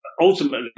ultimately